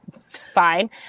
fine